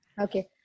Okay